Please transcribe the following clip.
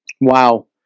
Wow